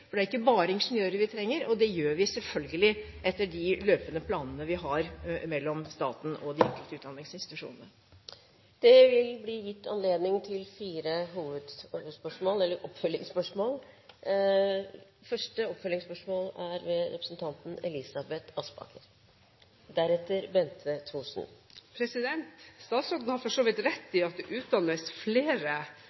for det er ikke bare ingeniører vi trenger. Og det gjør vi selvfølgelig etter de løpende planene vi har mellom staten og de enkelte utdanningsinstitusjonene. Det blir gitt anledning til fire oppfølgingsspørsmål – først Elisabeth Aspaker. Statsråden har for så vidt rett i at det utdannes flere, men behovet øker så